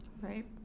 Right